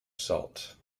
salt